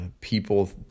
people